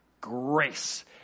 Grace